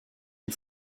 and